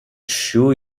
sure